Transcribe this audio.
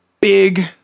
big